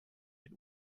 den